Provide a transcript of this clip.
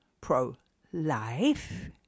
pro-life